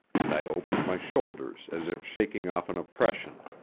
and i opened my shoulders as if shaking off an oppression.